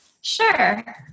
Sure